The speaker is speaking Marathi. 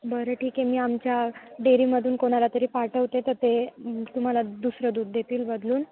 बरं ठीक आहे मी आमच्या डेअरीमधून कोणाला तरी पाठवते तर ते तुम्हाला दुसरं दूध देतील बदलून